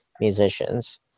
musicians